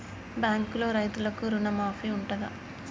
బ్యాంకులో రైతులకు రుణమాఫీ ఉంటదా?